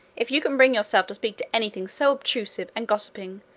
if you can bring yourself to speak to anything so obtrusive and gossiping,